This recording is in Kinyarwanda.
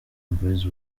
boys